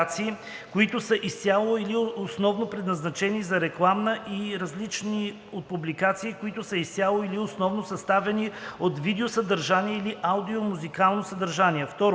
които са изцяло или основно предназначени за реклама, и различни от публикации, които са изцяло или основно съставени от видеосъдържание или аудио-музикално съдържание;